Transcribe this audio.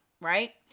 right